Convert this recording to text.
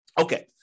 Okay